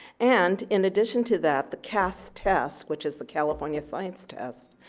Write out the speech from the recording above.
and in addition to that, the caaspp test which is the california science test,